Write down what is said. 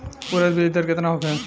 उरद बीज दर केतना होखे?